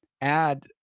add